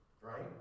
Right